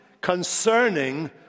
concerning